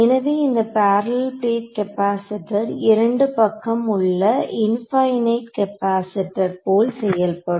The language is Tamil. எனவே இந்த பேரலல் பிளேட் கெபாசிட்டர் இரண்டு பக்கம் உள்ள இன்பைனிட் கெபாசிட்டர் போல் செயல்படும்